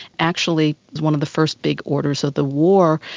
actually was one of the first big orders of the war,